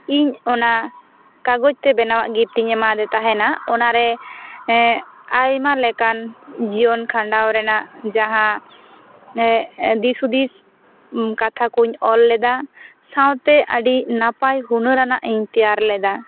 ᱤᱧ ᱚᱱᱟ ᱠᱟᱜᱚᱡᱽ ᱛᱮ ᱵᱮᱱᱟᱣᱟᱜ ᱜᱤᱯᱴᱤᱧ ᱮᱢᱟᱫᱮ ᱛᱟᱦᱮᱱᱟ ᱚᱱᱟ ᱨᱮ ᱟᱭᱢᱟ ᱞᱮᱠᱟᱱ ᱡᱩᱣᱭᱚᱱ ᱠᱷᱟᱸᱰᱟᱣ ᱨᱮᱱᱟᱜ ᱡᱟᱦᱟᱸ ᱮᱸ ᱫᱤᱥ ᱦᱩᱫᱤᱥ ᱢ ᱠᱟᱛᱷᱟ ᱠᱩᱧ ᱚᱞ ᱞᱮᱫᱟ ᱥᱟᱶᱛᱮ ᱟᱹᱰᱤ ᱱᱟᱯᱟᱭ ᱦᱩᱱᱟᱹᱨᱟᱱᱟᱜ ᱤᱧ ᱛᱮᱭᱟᱨ ᱞᱮᱫᱟ